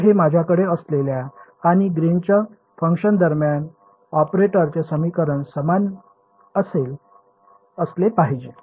तर हे माझ्याकडे असलेल्या आणि ग्रीनच्या फंक्शन दरम्यान ऑपरेटरचे समीकरण समान असले पाहिजे